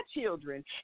children